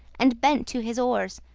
and bent to his oars.